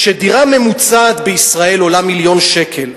כשדירה ממוצעת בישראל עולה מיליון שקל,